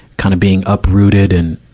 kind of being uprooted and,